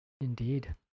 Indeed